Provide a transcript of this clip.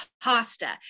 pasta